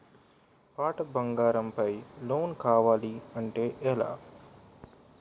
పాత బంగారం పై లోన్ కావాలి అంటే ఎలా?